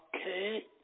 okay